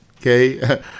okay